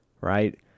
right